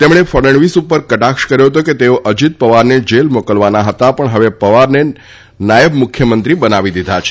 તેમણે ફડણવીસ પર કટાક્ષ કર્યો હતો કે તેઓ અજીત પવારને જેલ મોકલવાના હતા પરંતુ હવે પવારને નાયબ મુખ્યમંત્રી બનાવી દીધા છે